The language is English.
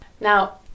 Now